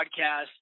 podcast